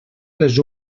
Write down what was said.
les